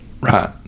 right